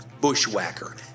Bushwhacker